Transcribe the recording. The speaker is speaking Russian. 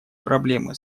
проблемы